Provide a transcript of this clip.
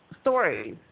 stories